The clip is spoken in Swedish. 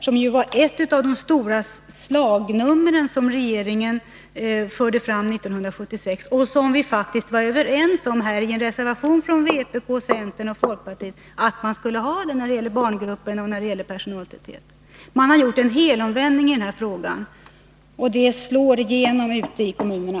Sådana normer var ett av regeringens stora slagnummer 1976. Och i en reservation från vpk, centern och folkpartiet var vi faktiskt överens om att man skulle ha sådana normer när det gäller barngrupperna och personaltätheten. Centern och folkpartiet har gjort en helomvändning i den här frågan. Det slår igenom ute i kommunerna.